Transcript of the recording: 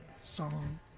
song